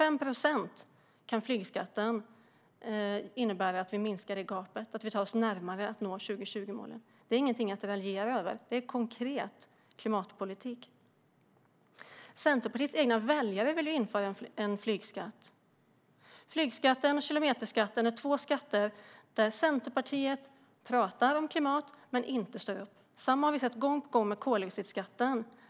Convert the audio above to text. Flygskatten kan innebära att vi minskar det gapet med 25 procent och att vi tar oss närmare att nå 2020-målet. Detta är ingenting att raljera över. Det är konkret klimatpolitik. Centerpartiets egna väljare vill införa en flygskatt. Flygskatten och kilometerskatten är två områden där Centerpartiet pratar om klimat men inte står upp. Vi har sett samma sak gång på gång med koldioxidskatten.